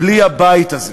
בלי הבית הזה,